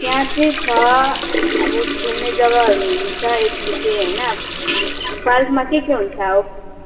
त्यहाँ चाहिँ छ अब खेल्ने जग्गाहरू हुन्छ यत्तिकै होइन पार्कमा के के हुन्छ अब